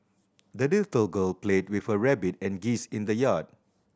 the little girl played with her rabbit and geese in the yard